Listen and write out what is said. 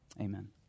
Amen